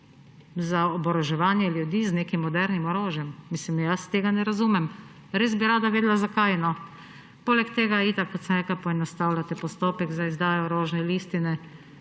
za oboroževanje ljudi z nekimi modernim orožjem. Jaz tega ne razumem. Res bi rada vedela, zakaj. Poleg tega itak, kot sem rekla, poenostavljate postopek za izdajo orožne listine